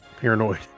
Paranoid